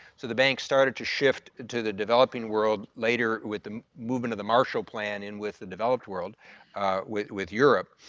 so the bank started to shift into the developing world later with the moving to the martial plan in with the developed world with with europe